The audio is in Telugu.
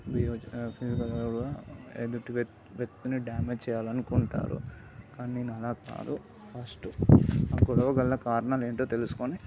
ఫిసికల్గా కూడా ఎదుటి వ్యక్థ వ్యక్తిని డామేజ్ చెయ్యాలి అనుకుంటారు కానీ నేను అలా కాదు ఫస్ట్ ఆ గొడవ గల కారణాలు ఏంటో తెలుసుకొని